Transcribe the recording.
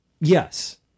yes